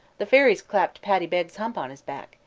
the fairies clapped paddy beg's hump on his back,